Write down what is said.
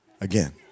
again